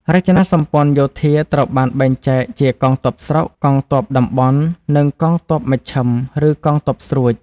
រចនាសម្ព័ន្ធយោធាត្រូវបានបែងចែកជា កងទ័ពស្រុក កងទ័ពតំបន់ និងកងទ័ពមជ្ឈិម (ឬ កងទ័ពស្រួច)។